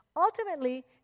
Ultimately